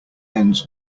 ends